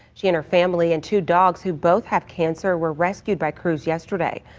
she and her family and two dogs who both have cancer were rescued by crews yesterday.